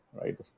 right